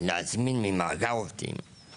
להזמין עובד ממאגר עובדים